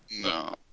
No